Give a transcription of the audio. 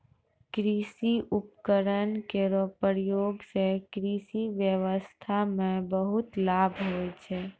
कृषि उपकरण केरो प्रयोग सें कृषि ब्यबस्था म बहुत लाभ होय छै